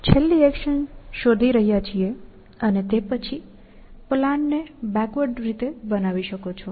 છેલ્લી એક્શન શોધી રહ્યા છીએ અને તે પછી પ્લાનને બેકવર્ડ રીતે પણ બનાવી શકો છો